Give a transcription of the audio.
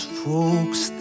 folks